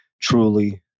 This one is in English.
truly